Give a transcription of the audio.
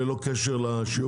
וללא שום קשר לרישום?